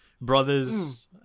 Brothers